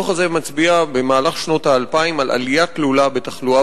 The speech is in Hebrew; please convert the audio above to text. הדוח הזה מצביע על עלייה תלולה בתחלואה